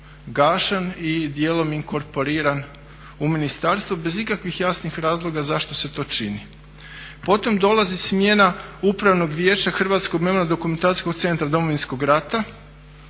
gašen i dijelom inkorporiran u ministarstvo bez ikakvih jasnih razloga zašto se to čini. Potom dolazi smjena Upravnog vijeća Hrvatskog memorijalno-dokumentacijskog centra Domovinskog rata.